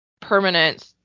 permanent